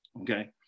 okay